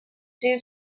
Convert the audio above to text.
due